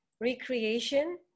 recreation